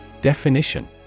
Definition